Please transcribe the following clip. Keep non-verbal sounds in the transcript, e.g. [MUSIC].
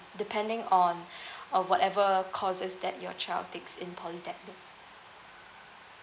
depending on [BREATH] uh whatever courses that your child takes in polytechnic